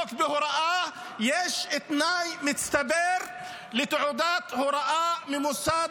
לעסוק בהוראה יש תנאי מצטבר לתעודת הוראה ממוסד